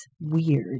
weird